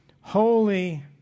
holy